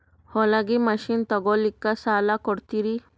ಹೊಲಗಿ ಮಷಿನ್ ತೊಗೊಲಿಕ್ಕ ಸಾಲಾ ಕೊಡ್ತಿರಿ?